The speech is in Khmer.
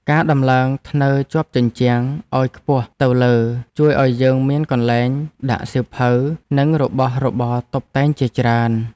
ការដំឡើងធ្នើរជាប់ជញ្ជាំងឱ្យខ្ពស់ទៅលើជួយឱ្យយើងមានកន្លែងដាក់សៀវភៅនិងរបស់របរតុបតែងជាច្រើន។